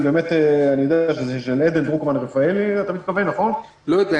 אני יודע שדיברו כבר -- לא יודע,